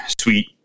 sweet